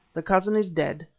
the cousin is dead,